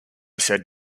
said